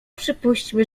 przypuśćmy